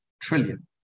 trillion